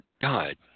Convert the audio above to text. god